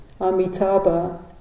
Amitabha